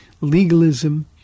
legalism